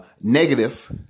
negative